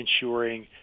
ensuring